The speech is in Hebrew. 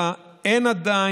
על פי התרשמות הוועדה,